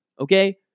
okay